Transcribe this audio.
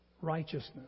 righteousness